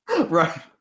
Right